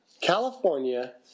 California